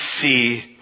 see